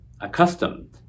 accustomed